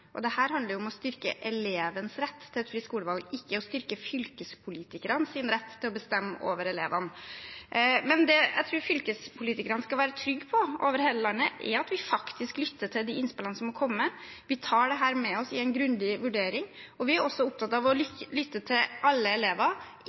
handler jo om å styrke elevens rett til et fritt skolevalg, ikke om å styrke fylkespolitikernes rett til å bestemme over elevene. Men det jeg tror fylkespolitikerne over hele landet skal være trygge på, er at vi faktisk lytter til de innspillene som har kommet. Vi tar dette med oss i en grundig vurdering, og vi er også opptatt av å